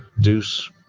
Deuce